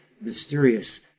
mysterious